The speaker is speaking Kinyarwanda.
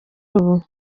ubu